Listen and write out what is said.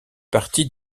partie